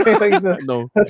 No